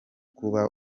kuba